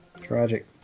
Tragic